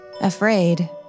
Afraid